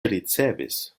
ricevis